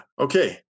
okay